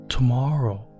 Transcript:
Tomorrow